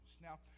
Now